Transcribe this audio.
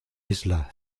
isla